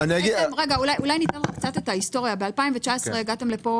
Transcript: אומר את ההיסטוריה ב-2019 הגעתם לפה,